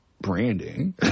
branding